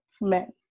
men